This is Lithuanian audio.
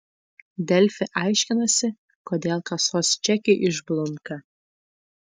delfi aiškinasi kodėl kasos čekiai išblunka